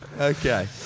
Okay